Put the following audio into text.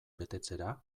betetzera